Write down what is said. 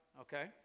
okay